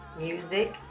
music